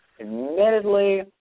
Admittedly